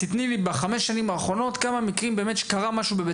בחמש שנים האחרונות כמה מקרים קרה משהו בבית